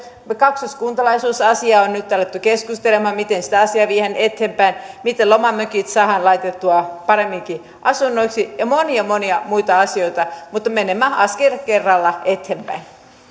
kaksoiskuntalaisuusasiasta on nyt alettu keskustelemaan miten sitä asiaa viedään eteenpäin miten lomamökit saadaan laitettua paremminkin asunnoiksi ja monia monia muita asioita mutta menemme askel kerrallaan eteenpäin